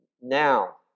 Now